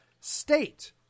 state